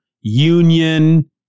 Union